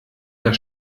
der